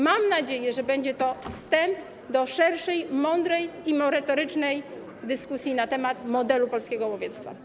Mam nadzieję, że będzie to wstęp do szerszej, mądrej i merytorycznej dyskusji na temat modelu polskiego łowiectwa.